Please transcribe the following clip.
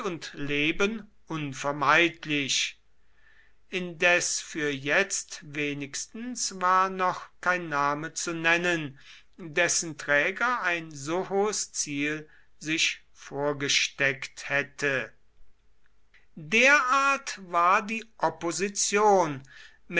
und leben unvermeidlich indes für jetzt wenigstens war noch kein name zu nennen dessen träger ein so hohes ziel sich vorgesteckt hätte derart war die opposition